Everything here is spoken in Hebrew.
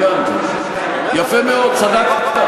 אני אומר לך באמת, תבדוק.